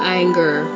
anger